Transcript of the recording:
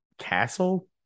castle